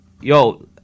yo